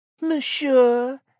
Monsieur